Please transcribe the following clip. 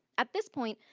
at this point,